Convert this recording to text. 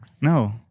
No